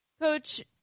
Coach